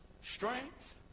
Strength